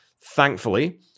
Thankfully